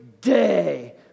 day